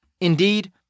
Indeed